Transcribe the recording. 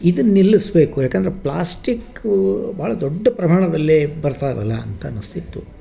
ಇದು ನಿಲ್ಲಿಸ್ಬೇಕು ಯಾಕಂದರೆ ಪ್ಲಾಸ್ಟಿಕ್ಕೂ ಭಾಳ ದೊಡ್ಡ ಪ್ರಮಾಣದಲ್ಲೇ ಬರ್ತದಲ್ಲ ಅಂತ ಅನಿಸ್ತಿತ್ತು